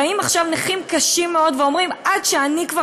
באים עכשיו נכים קשים מאוד ואומרים: עד שאני כבר